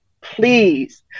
please